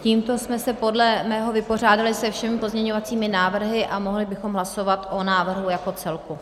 Tímto jsme se podle mého vypořádali se všemi pozměňovací návrhy a mohli bychom hlasovat o návrhu jako celku.